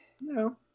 no